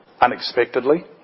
unexpectedly